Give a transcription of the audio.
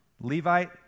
Levite